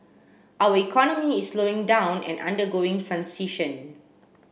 our economy is slowing down and undergoing transition